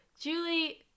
Julie